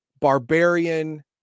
barbarian